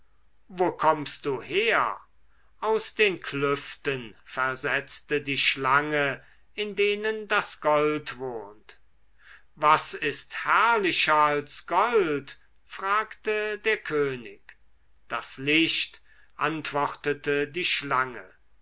wo kommst du her aus den klüften versetzte die schlange in denen das gold wohnt was ist herrlicher als gold fragte der könig das licht antwortete die schlange